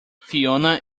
fiona